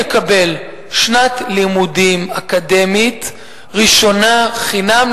יקבל שנת לימודים אקדמית ראשונה חינם,